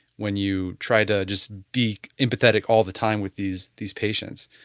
when you try to just be empathetic all the time with these these patients.